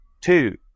Two